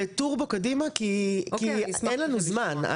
לקחת את זה בטורבו קדימה, כי אין לנו זמן.